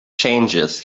changes